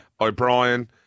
O'Brien